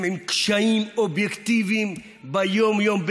עם קשיים אובייקטיביים ביום-יום,